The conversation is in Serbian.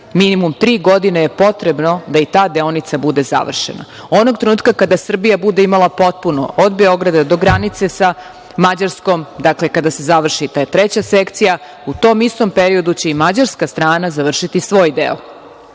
Minimum tri godine je potrebno da i ta deonica bude završena. Onog trenutka kada Srbija bude imala potpuno, od Beograda do granice sa Mađarskom, dakle, kada se završi ta treća sekcija, u tom istom periodu će i mađarska strana završiti svoj deo. Mi